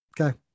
okay